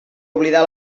oblidar